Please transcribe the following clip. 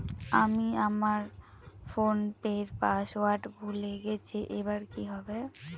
আমি আমার ফোনপের পাসওয়ার্ড ভুলে গেছি এবার কি হবে?